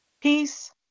peace